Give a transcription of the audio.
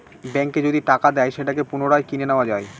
ব্যাঙ্কে যদি টাকা দেয় সেটাকে পুনরায় কিনে নেত্তয়া যায়